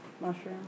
Mushroom